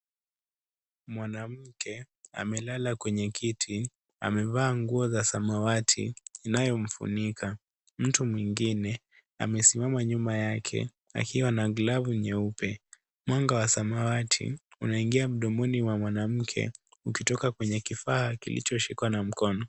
Mwanamke amelala kwenye kiti amevaa nguo za samawati inayomfunika mtu mwingine amesimama nyuma yake akiwa na glavu nyeupe mwanga wa samawati unaingia mdomoni mwa mwanamke ukitoka kwenye kifaa kilicho shikwa na mkono.